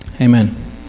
Amen